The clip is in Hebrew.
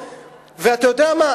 ואתה יודע מה,